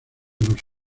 los